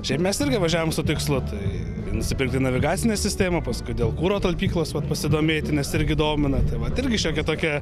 šiaip mes irgi važiavom su tikslu tai nusipirkti navigacinę sistemą paskui dėl kuro talpyklos vat pasidomėti nes irgi domina tai vat irgi šiokia tokia